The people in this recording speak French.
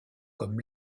comme